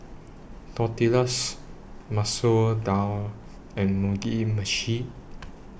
Tortillas Masoor Dal and Mugi Meshi